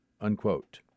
unquote